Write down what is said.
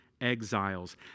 exiles